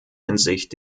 hinsicht